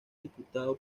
diputado